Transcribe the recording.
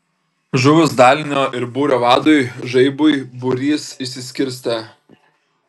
žuvus dalinio ir būrio vadui žaibui būrys išsiskirstė